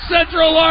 Central